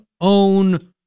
own